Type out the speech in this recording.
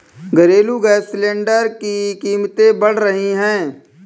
घरेलू gas cylinder की कीमतें बढ़ रही है